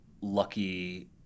lucky